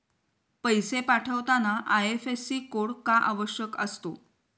पैसे पाठवताना IFSC code का आवश्यक असतो?